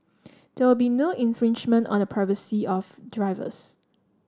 there will be no infringement on the privacy of drivers